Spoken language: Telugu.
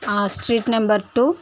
street number to